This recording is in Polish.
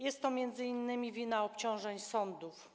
Jest to m.in. wina obciążeń sądów.